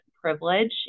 privilege